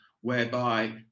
whereby